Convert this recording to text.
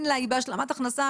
היא בהשלמת הכנסה,